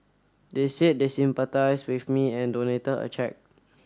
they said they sympathised with me and donated a cheque